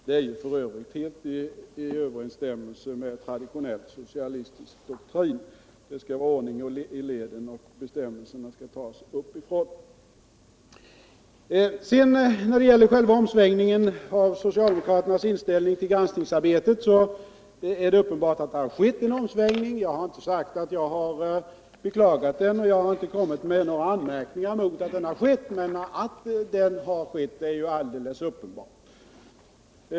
Det är f. ö. helt i överensstämmelse med traditonell socialistisk doktrin. Det skall vara ordning i leden, och bestämmelserna skall tas uppifrån. När det gäller själva omsvängningen av socialdemokraternas inställning till granskningsarbetet är det uppenbart att det har skett en omsvängning. Jag har inte beklagat den, och jag har inte kommit med några anmärkningar mot att den skett. Men att den har skett är alldeles uppenbart.